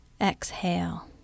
Exhale